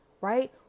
Right